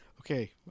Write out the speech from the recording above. Okay